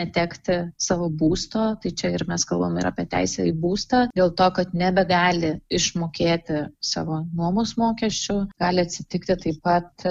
netekti savo būsto tai čia ir mes kalbam ir apie teisę į būstą dėl to kad nebegali išmokėti savo nuomos mokesčių gali atsitikti taip pat